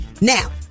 Now